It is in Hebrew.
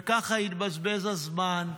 וככה התבזבז הזמן,